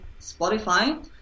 Spotify